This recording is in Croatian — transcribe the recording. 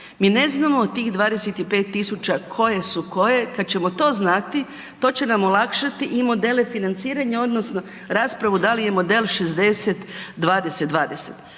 Mi ne znamo od tih 25.000 koje su koje kad ćemo to znati to će nam olakšati i modele financiranja odnosno raspravu da li je model 60, 20, 20.